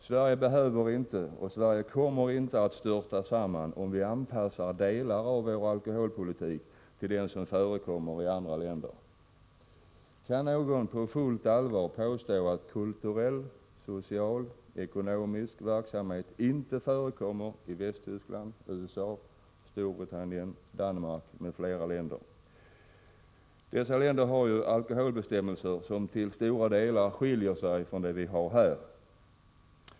Sverige behöver inte och kommer inte att störta samman om vi anpassar delar av vår alkoholpolitik till den som förekommer i andra länder. Kan någon på fullt allvar påstå att kulturell, social och ekonomisk verksamhet inte förekommer i Västtyskland, USA, Storbritannien, Danmark m.fl. länder? Dessa länder har ju alkoholbestämmelser som till stora delar skiljer sig från dem vi har här.